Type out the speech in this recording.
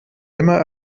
immer